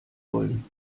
wollen